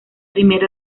primera